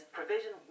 provision